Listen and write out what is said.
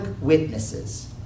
witnesses